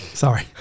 Sorry